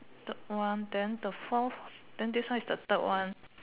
third one then the fourth then this one is the third one